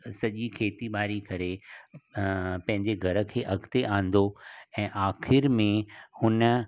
सॼी खेती ॿारी करे पंहिंजे घर खे अॻिते आंदो ऐं आख़िरि में हुन